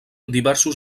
diversos